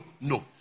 no